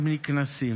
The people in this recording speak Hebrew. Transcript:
הוא נקנס.